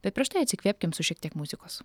bet prieš tai atsikvėpkim su šiek tiek muzikos